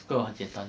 这个很简单